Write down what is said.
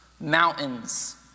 mountains